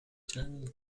channel